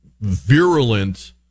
virulent